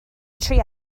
tri